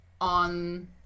on